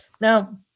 Now